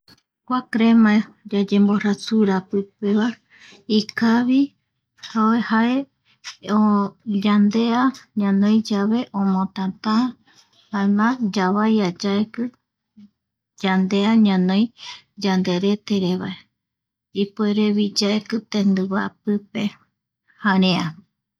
Kua crema yayemorasura pipeva kavi jae yandea ñanoi yave omotata, jaema yavai yaeki yandea ñanoi yanderetere vae, ipuerevi yaeki tendiva pipe jarea